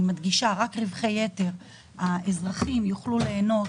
אני מדגישה: רק רווחי יתר האזרחים יוכלו ליהנות